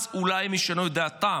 אז אולי הם ישנו את דעתם.